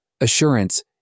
assurance